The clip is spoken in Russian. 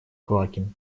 квакин